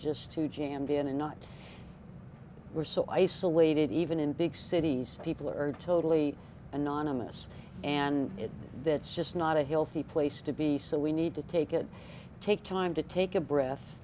just too jammed in a knot we're so isolated even in big cities people are totally anonymous and it that's just not a healthy place to be so we need to take it take time to take a breath